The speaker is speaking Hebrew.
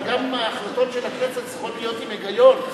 אבל גם החלטות של הכנסת צריכות להיות עם היגיון,